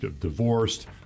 divorced